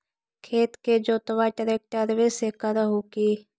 खेत के जोतबा ट्रकटर्बे से कर हू की?